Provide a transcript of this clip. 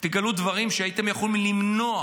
דברים שהייתם יכולים למנוע